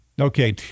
Okay